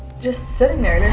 just sitting there,